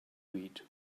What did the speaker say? weed